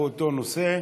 באותו נושא.